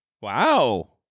Wow